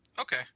Okay